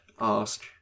ask